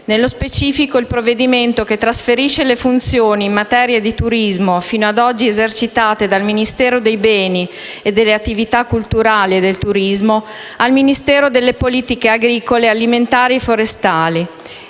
nello specifico il provvedimento che trasferisce le funzioni in materia di turismo fino ad oggi esercitate dal Ministero dei beni e delle attività culturali e del turismo al Ministero delle politiche agricole, alimentari e forestali